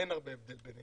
אין הרבה הבדל ביניהם.